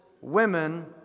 women